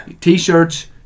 T-shirts